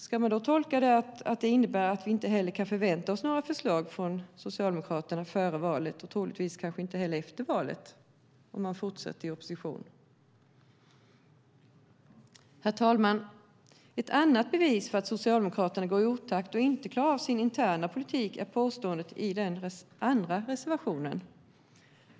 Ska vi tolka det som att vi inte kan förvänta oss några förslag från Socialdemokraterna före valet, och troligtvis kanske inte heller efter valet om de forstsätter i opposition? Herr talman! Ett annat bevis för att Socialdemokraterna går i otakt och inte klarar av sin interna politik är påståendet i den andra reservationen.